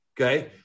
Okay